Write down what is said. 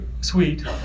sweet